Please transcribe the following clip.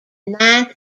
ninth